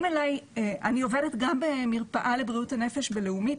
אני עובדת גם במרפאה לבריאות הנפש בלאומית.